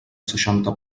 seixanta